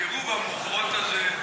קירוב המוחות הזה,